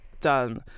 done